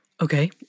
Okay